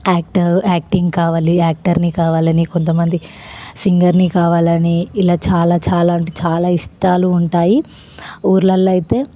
act acting కావాలి యాక్టర్ని కావాలని కొంతమంది సింగర్ని కావాలని ఇలా చాలా చాలా అంటే చాలా ఇష్టాలు ఉంటాయి ఊళ్ళలో అయితే